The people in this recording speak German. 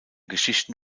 geschichten